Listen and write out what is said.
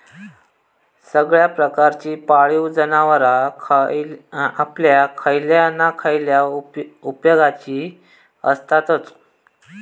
सगळ्या प्रकारची पाळीव जनावरां आपल्या खयल्या ना खयल्या उपेगाची आसततच